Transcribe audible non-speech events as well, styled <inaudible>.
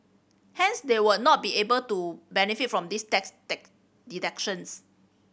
hence they would not be able to benefit from these tax <unintelligible> deductions